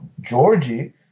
Georgie